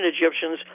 Egyptians